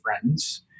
friends